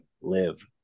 live